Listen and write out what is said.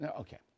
Okay